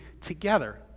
together